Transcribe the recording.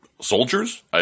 Soldiers